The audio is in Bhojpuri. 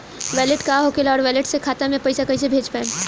वैलेट का होखेला और वैलेट से खाता मे पईसा कइसे भेज पाएम?